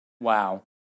Wow